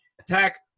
Attack